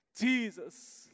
Jesus